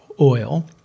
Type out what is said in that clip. oil